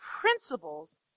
principles